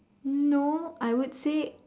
no I would say